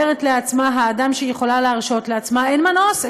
אומרת לעצמה האדם שיכולה להרשות לעצמה: אין מנוס,